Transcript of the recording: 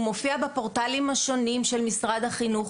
הוא מופיע בפורטלים השונים של משרד החינוך,